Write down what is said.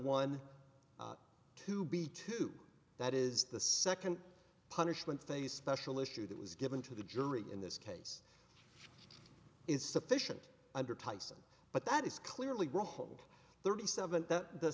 one to be two that is the second punishment phase special issue that was given to the jury in this case is sufficient under tyson but that is clearly wrong thirty seven th